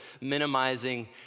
minimizing